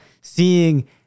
seeing